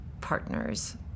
partners